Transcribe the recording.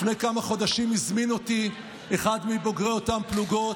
לפני כמה חודשים הזמין אותי אחד מבוגרי אותן פלוגות.